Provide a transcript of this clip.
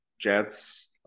Jets